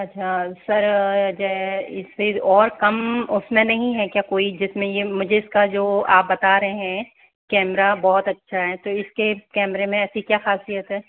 अच्छा सर और कम उसमें नहीं है क्या कोई जिसमें यह मुझे इसका जो आप बता रहे हैं कैमरा बहुत अच्छा है तो इसके कैमरे में ऐसी क्या खासियत है